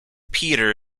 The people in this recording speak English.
peter